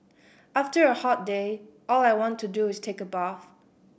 after a hot day all I want to do is take a bath